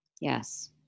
Yes